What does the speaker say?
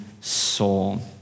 soul